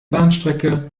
bahnstrecke